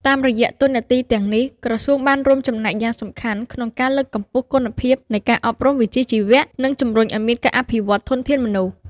តាមរយៈតួនាទីទាំងនេះ ក្រសួងបានរួមចំណែកយ៉ាងសំខាន់ក្នុងការលើកកម្ពស់គុណភាពនៃការអប់រំវិជ្ជាជីវៈ និងជំរុញឱ្យមានការអភិវឌ្ឍធនធានមនុស្ស។